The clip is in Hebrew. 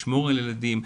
לשמור על הילדים.